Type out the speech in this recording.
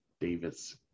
Davis